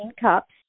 cups